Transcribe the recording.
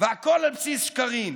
והכול על בסיס שקרים.